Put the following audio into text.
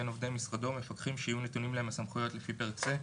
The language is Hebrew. עובדי משרדו מפקחים שיהיו נתונים להם הסמכויות לפי פרק זה,